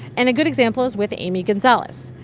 and a good example is with amy gonzales.